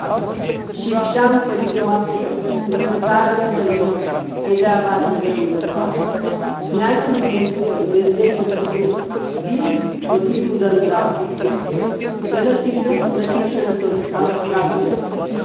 आं शिक्षां परिसमाप्य प्रसादवर्यः हैद्राबाद् नगरं गत्वा ज्ञानवृद्धस्य निर्देशकस्य बी मधुसूदन् राव् इत्यस्य चलच्चित्रप्रशिक्षणसंस्थां प्राविशत्